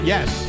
Yes